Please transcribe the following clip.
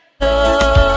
love